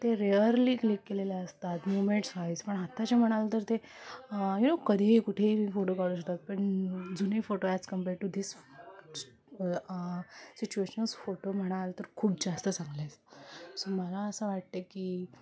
ते rarely click केलेले असतात मुमेंट्सव्हाईज पण आत्ताचे म्हणाल तर ते यू कधीही कुठेही फोटो काढू शकतात पण जुने photo as compare to this situations photo म्हणाल तर खूप जास्त चांगले अस सो मला असं वाटते की